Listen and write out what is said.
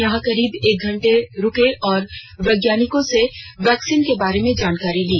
यहां करीब एक घंटा रुके और वैज्ञानिकों से वैक्सीन के बार्रे में जानकारी ली